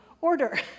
order